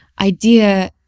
idea